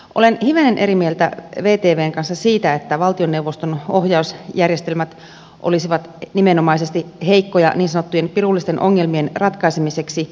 olen hivenen eri mieltä vtvn kanssa siitä että valtioneuvoston ohjausjärjestelmät olisivat nimenomaisesti heikkoja niin sanottujen pirullisten ongelmien ratkaisemiseksi